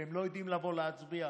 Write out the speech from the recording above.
והם לא יודעים לבוא להצביע.